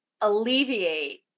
alleviate